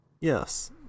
Yes